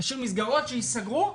להשאיר מסגרות שיסגרו.